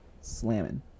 slamming